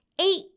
eight